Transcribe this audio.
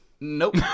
Nope